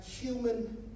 human